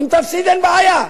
אם תפסיד, אין בעיה.